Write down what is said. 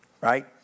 right